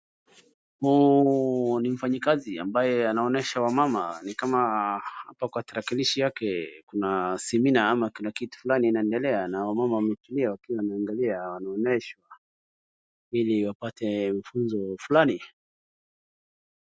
Huu ni mfanyikazi ambaye anaonesha wamama kama hapa kwa tarakilishi yake kuna senema ama kuna kitu fulani inaendelea na wamama wametulia wakiwa wanaangalia wanaoneshwa ili wapate mafunzo fulani.